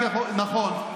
נכון.